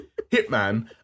hitman